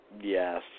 Yes